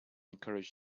encouraged